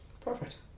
perfect